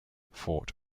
fort